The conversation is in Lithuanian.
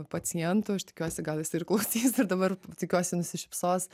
pacientu aš tikiuosi gal jisai ir klausys ir dabar tikiuosi nusišypsos